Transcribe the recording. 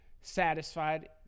satisfied